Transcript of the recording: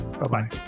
Bye-bye